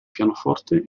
pianoforte